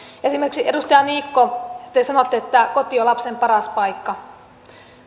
esimerkiksi edustaja niikko te sanotte että koti on lapsen paras paikka